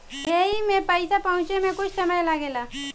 एईमे पईसा पहुचे मे कुछ समय लागेला